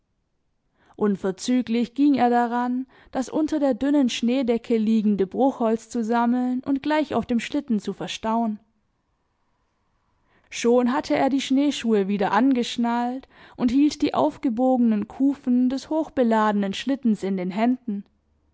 unverzüglich ging er daran das unter der dünnen schneedecke liegende bruchholz zu sammeln und gleich auf dem schlitten zu verstauen schon hatte er die schneeschuhe wieder angeschnallt und hielt die aufgebogenen kufen des hochbeladenen schlittens in den händen